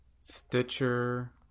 Stitcher